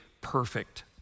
perfect